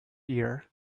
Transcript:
ear